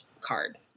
card